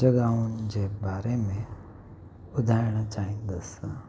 जॻहियुनि जे बारे में ॿुधाइण चाईंदुसि